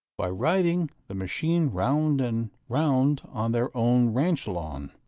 by riding the machine round and round on their own ranch-lawn.